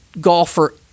golfer